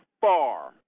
far